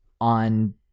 on